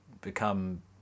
become